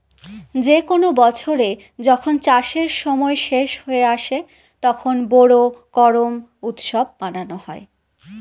যে কোনো বছরে যখন চাষের সময় শেষ হয়ে আসে, তখন বোরো করুম উৎসব মানানো হয়